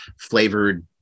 flavored